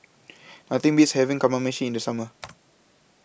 Nothing Beats having Kamameshi in The Summer